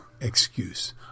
excuse